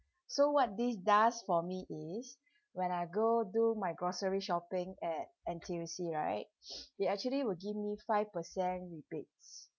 so what this does for me is when I go do my grocery shopping at N_T_U_C right they actually will give me five percent rebates